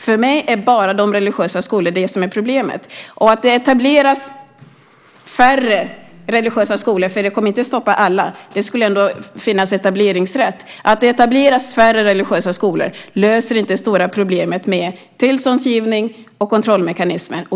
För mig är det bara de religiösa skolorna som är problemet. Det etableras färre religiösa skolor. Det kommer inte att stoppa alla. Det ska ändå finnas etableringsfrihet. Att det etableras färre religiösa skolor löser inte det stora problemet med tillståndsgivning och kontrollmekanismer.